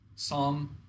Psalm